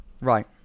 Right